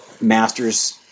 masters